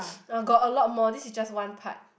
uh got a lot more this is just one part